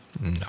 No